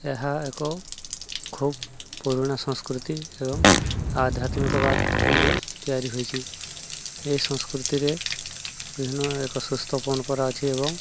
ଏହା ଏକ ଖୁବ୍ ପୁରୁଣା ସଂସ୍କୃତି ଏବଂ ଆଧ୍ୟାତ୍ମିକ ବାଦକୁ ନେଇ ତିଆରି ହୋଇଛି ଏହି ସଂସ୍କୃତିରେ ବିଭିନ୍ନ ଏକ ସୁସ୍ଥ ପରମ୍ପରା ଅଛି ଏବଂ